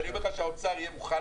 ואני אומר לך שהאוצר יהיה מוכן לזה.